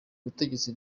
butegetsi